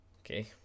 okay